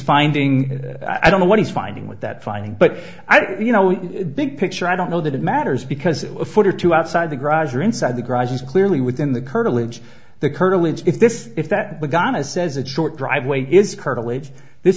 finding i don't know what he's finding with that finding but you know we big picture i don't know that it matters because a foot or two outside the garage or inside the garage is clearly within the curtilage the curtilage if this if that we're gonna says a short driveway